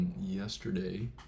Yesterday